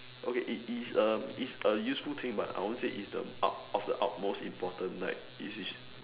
okay it is a is a useful thing but I won't say is ut~ of the utmost important like is is